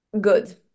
good